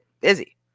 busy